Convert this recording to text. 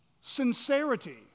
sincerity